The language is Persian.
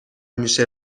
میشه